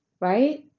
Right